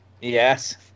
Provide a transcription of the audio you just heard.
Yes